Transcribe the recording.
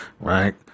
Right